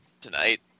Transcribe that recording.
tonight